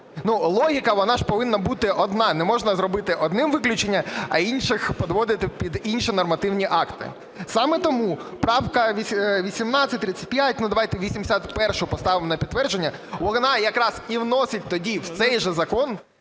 Логіка, вона ж повинна бути одна, не можна зробити одним виключення, а інших підводити під інші нормативні акти. Саме тому правка 18, 35, ну давайте 81-у поставимо на підтвердження, вона якраз і вносить тоді в цей же закон,